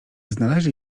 znaleźli